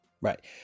Right